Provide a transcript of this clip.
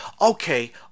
Okay